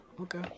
Okay